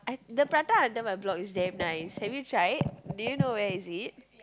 the prata under my block is damn nice have you tried do you know where is it